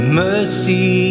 mercy